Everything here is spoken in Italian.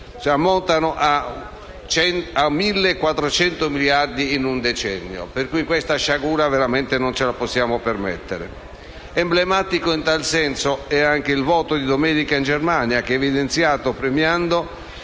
ammonta a 1.400 miliardi di euro in un decennio, per cui questa sciagura veramente non ce la possiamo permettere. Emblematico, in tal senso, il voto di domenica in Germania che ha evidenziato, premiando